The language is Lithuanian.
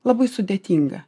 labai sudėtinga